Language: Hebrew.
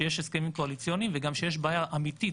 שיש הסכמים קואליציוניים וגם שיש בעיה אמיתית